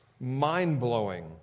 Mind-blowing